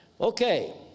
Okay